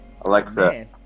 Alexa